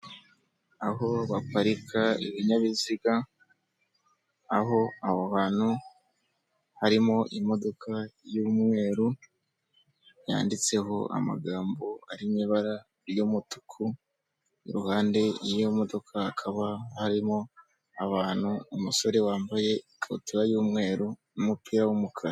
Aho baparika ibinyabiziga, aho aho hantu harimo imodoka y'umweru, yanditseho amagambo arimo ibara ry'umutuku, iruhande rw'iyo modoka hakaba harimo abantu, umusore wambaye ikabutura y'umweru n'umupira w'umukara.